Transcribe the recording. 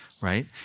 right